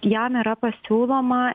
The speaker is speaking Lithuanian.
jam yra pasiūloma